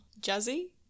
jazzy